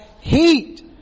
heat